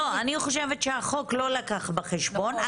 לדעתי, החוק לא לקח בחשבון.